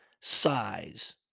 size